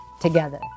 together